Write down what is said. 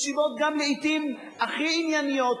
לעתים גם מסיבות הכי ענייניות,